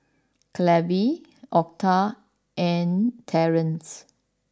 Clevie Octa and Terence